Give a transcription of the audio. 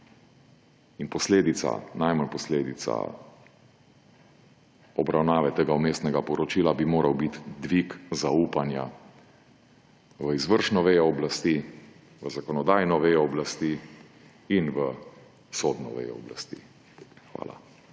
In najmanj posledica obravnave tega vmesnega poročila bi moral biti dvig zaupanja v izvršno vejo oblasti, v zakonodajo vejo oblasti in v sodno vejo oblasti. Hvala.